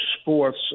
sports